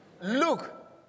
Look